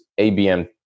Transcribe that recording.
ABM